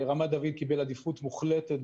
רמת דוד קיבל עדיפות מוחלטת,